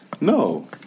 no